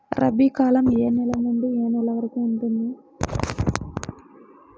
రబీ కాలం ఏ నెల నుండి ఏ నెల వరకు ఉంటుంది?